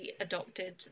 adopted